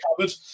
covered